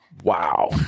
wow